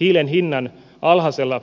hiilen hinnan alhaisella